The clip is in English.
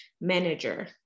Manager